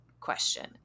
question